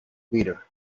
leader